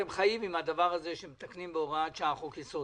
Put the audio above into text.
אתם חיים עם הדבר הזה שמתקנים בהוראת שעה חוק יסוד